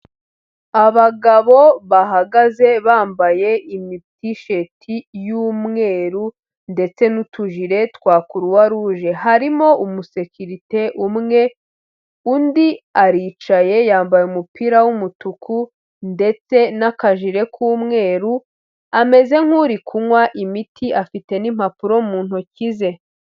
Aagabo bahagaze bambaye imitisheti y'umweru ndetse n'utujire twa Croix rouge, harimo umusekirite umwe, undi aricaye yambaye umupira w'umutuku ndetse n'akajire k'umweru, ameze nk'uri kunywa imiti afite n'impapuro mu ntoki ze.